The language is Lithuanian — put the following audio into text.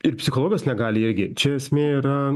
ir psichologas negali jie gi čia esmė yra